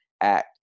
act